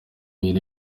yari